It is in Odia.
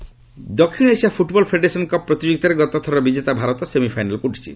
ପୁଟବଲ ଦକ୍ଷିଣଏସିୟା ଫୁଟବଲ ଫେଡେରେସନ କପ୍ ପ୍ରତିଯୋଗିତାରେ ଗତଥରର ବିଜେତା ଭାରତ ସେମଫାଇନାଲକୁ ଉଠିଛି